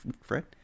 Fred